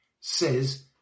says